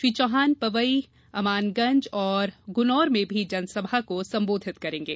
श्री चौहान पवई अमानगंज और गुनोर में भी जनसभा को संबोधित करेंगे